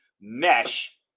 mesh